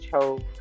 chose